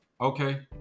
Okay